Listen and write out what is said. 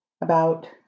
About